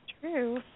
True